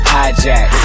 Hijack